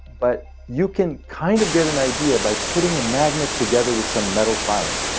but you can kind of get an idea by putting a magnet together with some metal filings.